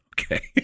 Okay